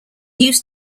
used